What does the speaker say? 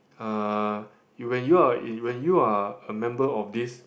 uh you when you are when you are a member of this